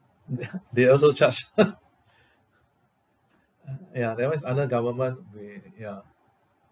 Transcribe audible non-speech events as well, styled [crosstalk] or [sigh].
[laughs] they also charge [laughs] ah ya that [one] is under government where ya